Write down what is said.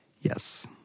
Yes